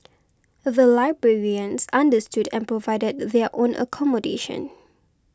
the librarians understood and provided their own accommodation